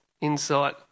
insight